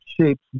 shapes